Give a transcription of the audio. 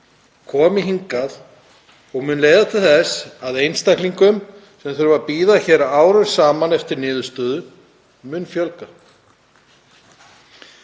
komi hingað og mun leiða til þess að einstaklingum sem þurfa að bíða hér árum saman eftir niðurstöðu mun fjölga.